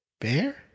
bear